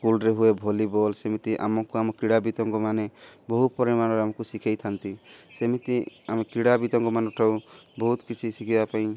ସ୍କୁଲ୍ରେ ହୁଏ ଭଲିବଲ୍ ସେମିତି ଆମକୁ ଆମ କ୍ରୀଡ଼ାବିତଙ୍କ ମାନେ ବହୁ ପରିମାଣରେ ଆମକୁ ଶିଖାଇଥାନ୍ତି ସେମିତି ଆମେ କ୍ରୀଡ଼ାବିତଙ୍କ ମାନଠାରୁ ବହୁତ କିଛି ଶିଖିବା ପାଇଁ